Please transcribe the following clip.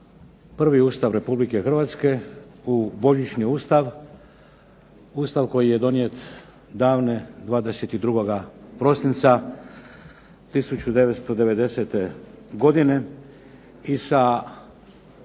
prvi Ustav Republike Hrvatske, u "božićni Ustav", Ustav koji je donijet davne 22. prosinca 1990. godine i sa